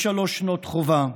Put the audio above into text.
שלוש שנות חובה,